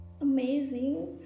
amazing